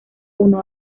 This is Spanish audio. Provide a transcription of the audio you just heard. uno